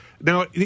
now